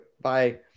Bye